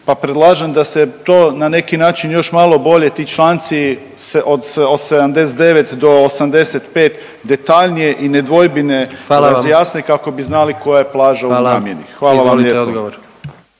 pa predlažem da se to na neki način još malo bolje ti članci se od 79. do 85. detaljnije i nedvojbenije razjasne …/Upadica: Hvala vam./… kako bi znali koja je plaža u namjeni. Hvala vam lijepo.